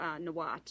Nawat